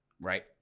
right